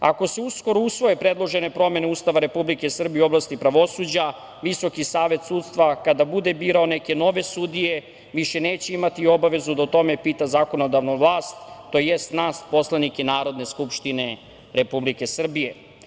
Ako se uskoro usvoje predložene promene Ustava Republike Srbije u oblasti pravosuđa, Visoki savet sudstva kada bude birao neke nove sudije, više neće imati obavezu da o tome pita zakonodavnu vlast, tj. nas poslanike Narodne skupštine Republike Srbije.